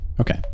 okay